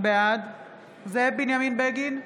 בעד זאב בנימין בגין,